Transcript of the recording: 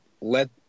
let